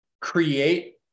Create